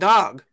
Dog